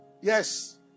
Yes